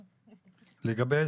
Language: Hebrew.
כבודו,